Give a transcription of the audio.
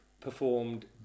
performed